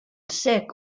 sec